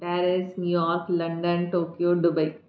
Paris New York London Tokyo Dubai